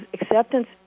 acceptance